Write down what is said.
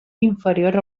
inferior